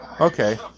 Okay